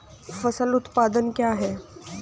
फसल उत्पादन क्या है?